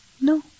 No